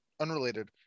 Unrelated